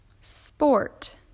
sport